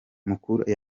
mukura